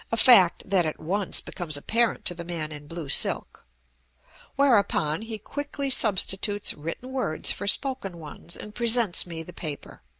a fact that at once becomes apparent to the man in blue silk whereupon he quickly substitutes written words for spoken ones and presents me the paper.